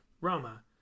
Roma